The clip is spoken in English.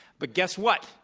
but guess what?